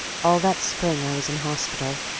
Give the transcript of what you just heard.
all that spring i was in hospital.